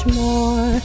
more